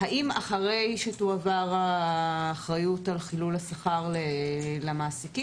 האם אחרי שתועבר האחריות על חילול השכר למעסיקים